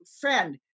friend